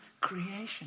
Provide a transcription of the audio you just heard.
creation